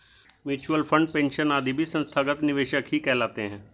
mutual fund, pension आदि भी संस्थागत निवेशक ही कहलाते हैं